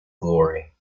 glory